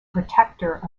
protector